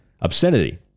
obscenity